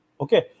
Okay